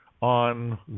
on